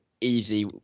easy